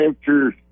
answers